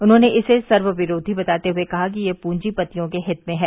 उन्होंने इसे सर्व विरोधी बताते हुए कहा कि यह पूंजीपतियों के हित में हैं